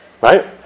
Right